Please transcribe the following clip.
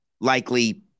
likely